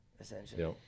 essentially